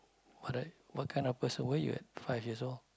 what~ what kind of person were you at five years old